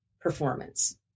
performance